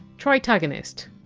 tritagonist,